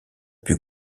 put